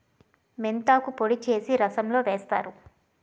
మెంతాకు పొడి చేసి రసంలో వేస్తారు